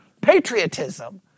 patriotism